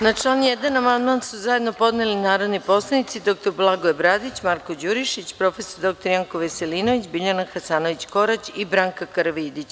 Na član 1. amandman su zajedno podneli narodni poslanici dr Blagoje Bradić, Marko Đurišić, prof. dr Janko Veselinović, Biljana Hasanović Korać i Branka Karavidić.